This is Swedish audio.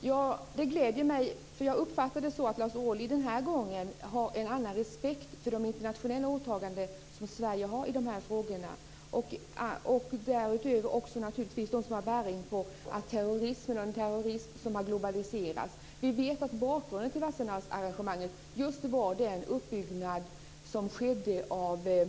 Fru talman! Detta gläder mig. Jag uppfattar det nämligen som att Lars Ohly den här gången har en annan respekt för de internationella åtaganden som Sverige har i de här frågorna. Därutöver finns det naturligtvis frågor som har bäring på att terrorismen har globaliserats. Vi vet att bakgrunden till Wassenaararrangemanget var den uppbyggnad av